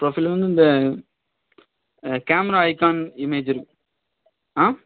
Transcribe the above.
profile வந்து இந்த camera icon image இருக்கு ஆ